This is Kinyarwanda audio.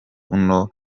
uno